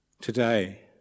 today